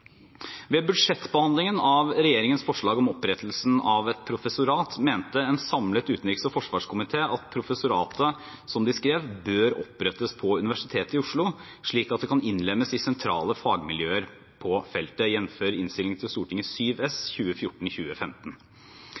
Ved budsjettbehandlingen av regjeringens forslag om opprettelsen av et professorat mente en samlet utenriks- og forsvarskomite at professoratet, som de skrev, bør opprettes ved Universitetet i Oslo slik at det kan innlemmes i sentrale fagmiljøer på feltet,